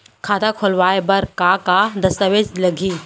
खाता खोलवाय बर का का दस्तावेज लागही?